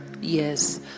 Yes